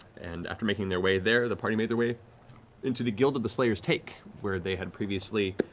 and after making their way there, the party made their way into the guild of the slayer's take, where they had previously